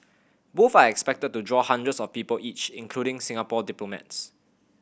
both are expected to draw hundreds of people each including Singapore diplomats